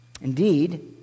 Indeed